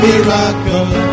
Miracle